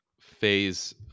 phase